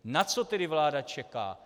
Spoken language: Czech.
Na co tedy vláda čeká?